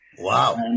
Wow